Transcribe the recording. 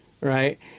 Right